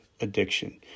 addiction